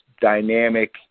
dynamic